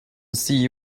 see